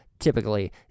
Typically